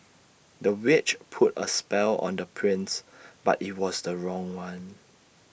the witch put A spell on the prince but IT was the wrong one